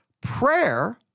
Prayer